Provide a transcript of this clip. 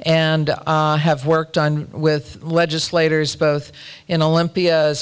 and have worked on with legislators both in olympia as